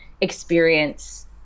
experience